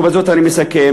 ובזאת אני מסכם,